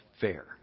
fair